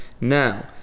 Now